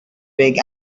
big